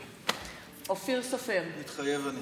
אופיר סופר, מתחייב אני